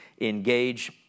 engage